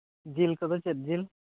ᱡᱤᱞ ᱠᱚᱫᱚ ᱪᱮᱫ ᱡᱤᱞ